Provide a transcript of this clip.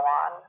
on